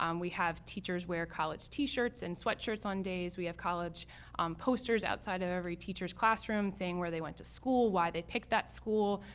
um we have teachers wear college t-shirts and sweatshirts on days. we have college posters outside of every teacher's classroom saying where they went to school, why they picked that school.